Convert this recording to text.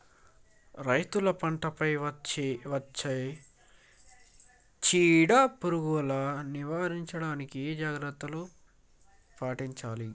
రైతులు పంట పై వచ్చే చీడ పురుగులు నివారించడానికి ఏ జాగ్రత్తలు పాటించాలి?